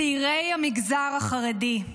צעירי המגזר החרדי,